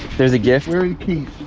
there's a gift for you.